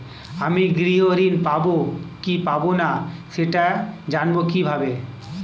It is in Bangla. আমি গৃহ ঋণ পাবো কি পাবো না সেটা জানবো কিভাবে?